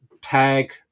tag